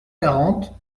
quarante